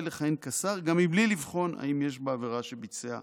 לכהן כשר גם בלי לבחון אם יש בעבירה שביצע קלון.